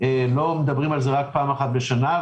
לא מדברים על זה רק פעם אחת בשנה.